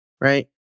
Right